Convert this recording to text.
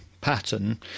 pattern